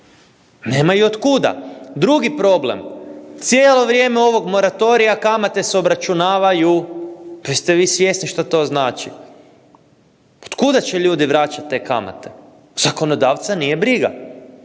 Nemaju od kuda. Drugi problem, cijelo vrijeme ovog moratorija, kamate se obračunavaju. Pa jeste vi svjesni što to znači? Od kuda će ljudi vraćati te kamate? Zakonodavca nije briga.